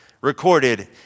recorded